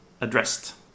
addressed